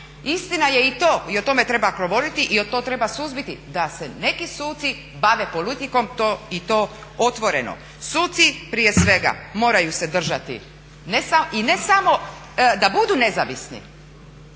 istina je i to, i o tome treba govoriti jer to treba suzbiti, da se neki suci bave politikom i to otvoreno. Suci prije svega moraju se držati i ne samo da budu nezavisni